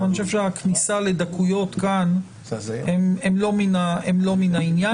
אני חושב שהכניסה לדקויות כאן הן לא מין העניין.